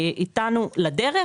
איתם שלחתם אותנו לדרך,